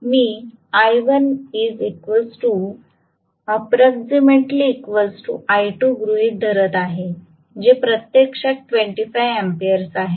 मी गृहीत धरत आहे जे प्रत्यक्षात 25 अँपिअर्स आहे